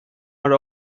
are